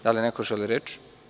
Da li neko želi reč?